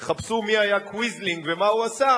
תחפשו מי היה קוויזלינג ומה הוא עשה,